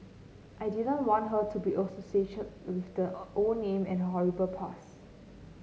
I didn't want her to be associated with the old name and her horrible past